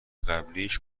قبلیش